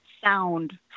sound